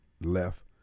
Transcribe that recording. left